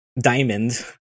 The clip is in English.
diamond